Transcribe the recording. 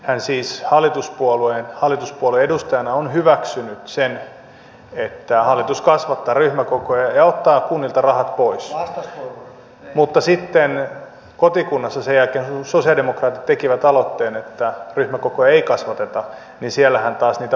hän siis hallituspuolueen edustajana on hyväksynyt sen että hallitus kasvattaa ryhmäkokoja ja ottaa kunnilta rahat pois mutta sitten kotikunnassa sen jälkeen kun sosialidemokraatit tekivät aloitteen että ryhmäkokoja ei kasvateta niin siellä hän taas niitä vastustaa